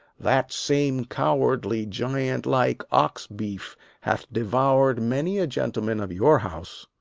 that same cowardly giant-like ox-beef hath devour'd many a gentleman of your house.